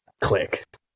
click